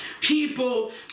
People